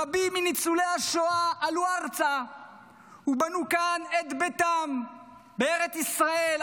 רבים מניצולי השואה עלו ארצה ובנו כאן את ביתם בארץ ישראל,